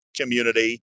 community